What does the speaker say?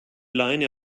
leine